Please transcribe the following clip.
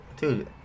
dude